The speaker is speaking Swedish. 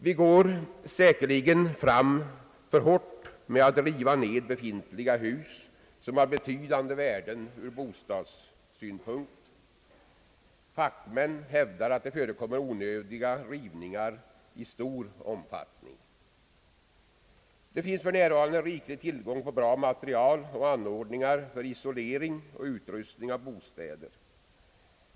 Vi går säkerligen för hårt fram med att riva befintliga hus, som har betydande värden ur bostadssynpunkt. Fackmän hävdar att det förekommer onödiga rivningar i stor omfattning. Det finns för närvarande riklig tillgång på bra material och anordningar för isolering och utrustning av bostäder.